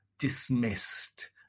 dismissed